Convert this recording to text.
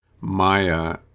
Maya